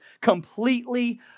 completely